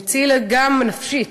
הוא הציל אותי גם נפשית,